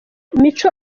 mico